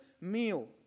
meal